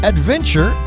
Adventure